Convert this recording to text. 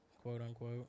quote-unquote